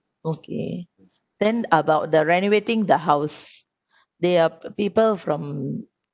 okay then about the renovating the house they are people from